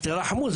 תרחמו.